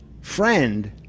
friend